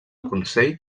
consell